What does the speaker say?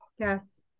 yes